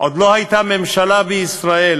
עוד לא הייתה ממשלה בישראל